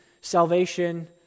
salvation